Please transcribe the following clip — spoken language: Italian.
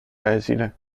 esile